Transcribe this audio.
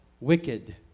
wicked